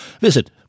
Visit